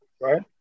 Right